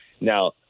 Now